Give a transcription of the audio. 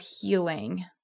healing